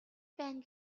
байна